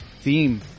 theme